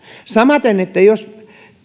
samaten jos